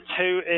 two